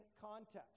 context